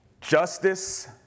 justice